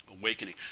awakening